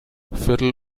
viertel